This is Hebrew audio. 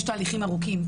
יש תהליכים ארוכים,